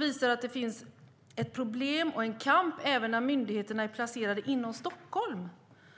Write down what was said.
visar att det är ett problem och en kamp även när myndigheterna är placerade inom Stockholm.